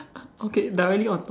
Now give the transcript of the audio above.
okay directly on top